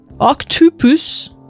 octopus